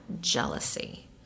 jealousy